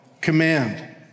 command